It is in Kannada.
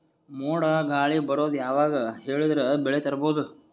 ಮೋಡ ಗಾಳಿ ಬರೋದು ಯಾವಾಗ ಹೇಳಿದರ ಬೆಳೆ ತುರಬಹುದು?